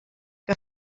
que